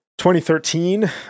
2013